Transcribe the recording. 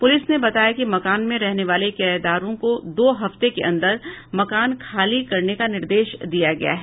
police ने बताया कि मकान में रहने वाले किरायेदारों को दो हफ्ते के अंदर मकान खाली करने का निर्देश दिया गया है